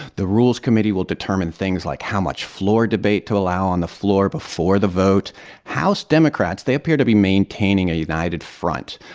the rules committee will determine things like how much floor debate to allow on the floor before the vote house democrats they appear to be maintaining a united front.